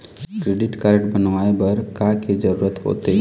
Credit card बनवाए बर का के जरूरत होते?